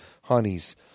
Honey's